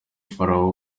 farawo